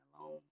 alone